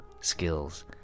skills